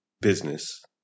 Business